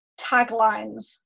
taglines